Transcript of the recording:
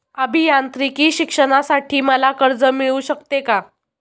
अभियांत्रिकी शिक्षणासाठी मला कर्ज मिळू शकते का?